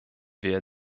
wir